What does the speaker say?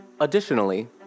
Additionally